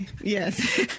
Yes